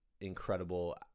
incredible